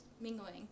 mingling